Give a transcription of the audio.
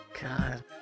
God